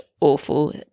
awful